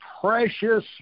precious